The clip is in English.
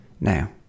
Now